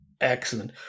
excellent